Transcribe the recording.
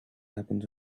happened